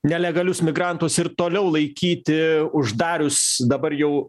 nelegalius migrantus ir toliau laikyti uždarius dabar jau